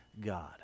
God